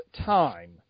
time